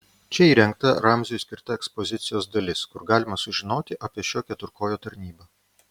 čia įrengta ramziui skirta ekspozicijos dalis kur galima sužinoti apie šio keturkojo tarnybą